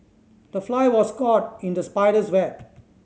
the fly was caught in the spider's web